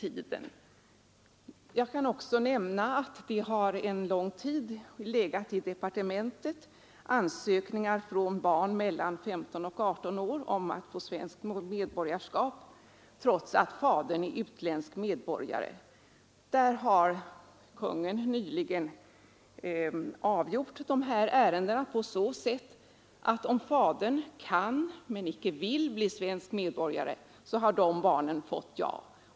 5 Jag kan nämna att det en lång tid i departementet har legat ansökningar från barn mellan 15 och 18 år om att få svenskt medborgarskap, och där fadern är utländsk medborgare. Konungen har nyligen avgjort dessa ärenden på så sätt att om fadern kan men icke vill bli svensk medborgare, har barnen fått ja.